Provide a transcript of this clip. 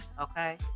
okay